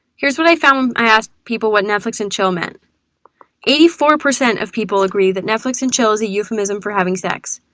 here's what i found when i asked people what netflix and chill meant eighty four percent of people agree that netflix and chill is a euphemism for having sex.